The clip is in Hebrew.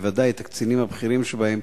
בוודאי את הקצינים הבכירים שבהם,